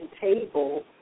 table